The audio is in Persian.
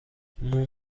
ممم